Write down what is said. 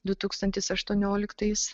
du tūkstantis aštuonioliktais